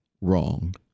wrong